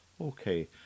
Okay